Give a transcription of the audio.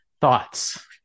Thoughts